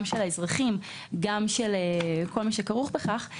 גם של האזרחים וגם של כל מה שכרוך בכך,